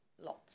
lots